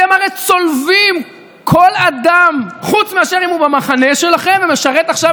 אתם הרי צולבים כל אדם חוץ מאשר אם הוא במחנה שלכם ומשרת עכשיו